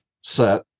set